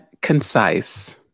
Concise